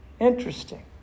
Interesting